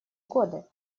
годы